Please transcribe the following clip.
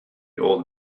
old